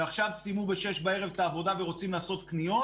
שעכשיו סיימו ב-18:00 בערב את העבודה ורוצים לעשות קניות